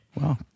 Wow